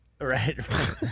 right